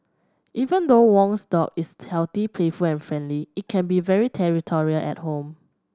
even though Wong's dog is healthy playful and friendly it can be very territorial at home